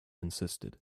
insisted